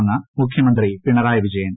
മെന്ന് മുഖ്യമന്ത്രി പിണ്ണറായി ് വിജയൻ